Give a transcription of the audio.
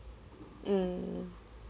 um